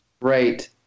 Right